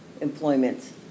employment